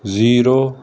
zero